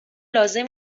لازم